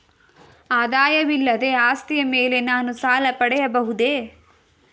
ಆದಾಯವಿಲ್ಲದ ಆಸ್ತಿಯ ಮೇಲೆ ನಾನು ಸಾಲ ಪಡೆಯಬಹುದೇ?